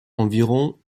environ